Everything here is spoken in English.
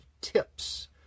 tips